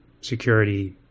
security